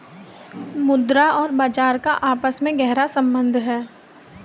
मुद्रा और बाजार का आपस में गहरा सम्बन्ध है